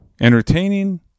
entertaining